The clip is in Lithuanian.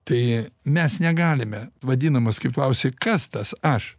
tai mes negalime vadinamas kaip klausei kas tas aš